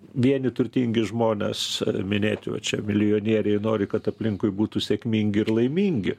vieni turtingi žmonės minėti va čia milijonieriai nori kad aplinkui būtų sėkmingi ir laimingi